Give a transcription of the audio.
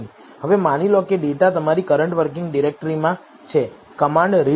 હવે માની લો કે ડેટા તમારી કરંટ વર્કિંગ ડિરેક્ટરીમાં છે કમાન્ડ રીડ